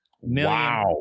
Wow